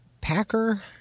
Packer